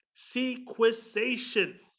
sequestration